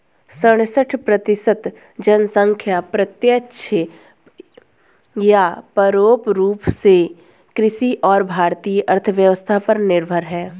सड़सठ प्रतिसत जनसंख्या प्रत्यक्ष या परोक्ष रूप में कृषि और भारतीय अर्थव्यवस्था पर निर्भर है